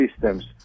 systems